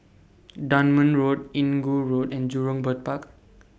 Dunman Road Inggu Road and Jurong Bird Park